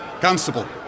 Constable